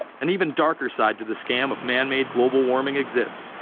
an even darker side to the scam of man-made global warming exists.